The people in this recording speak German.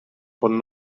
von